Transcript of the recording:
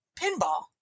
pinball